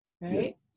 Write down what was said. Right